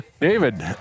David